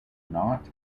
not